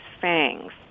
fangs